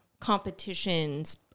competitions